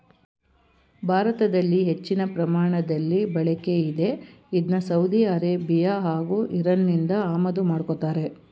ಭಾರತದಲ್ಲಿ ಹೆಚ್ಚಿನ ಪ್ರಮಾಣದಲ್ಲಿ ಬಳಕೆಯಿದೆ ಇದ್ನ ಸೌದಿ ಅರೇಬಿಯಾ ಹಾಗೂ ಇರಾನ್ನಿಂದ ಆಮದು ಮಾಡ್ಕೋತಾರೆ